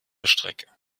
strecke